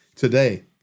Today